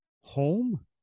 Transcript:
Home